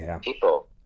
People